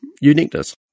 uniqueness